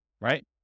right